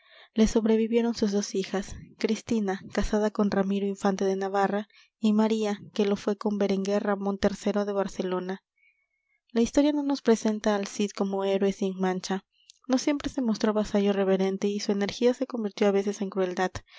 le sobrevivieron sus dos hijas cristina casada con ramiro infante de navarra y maría que lo fué con berenguer ramón iii de barcelona la historia no nos presenta al cid como héroe sin mancha no siempre se mostró vasallo reverente y su energía se convirtió á veces en crueldad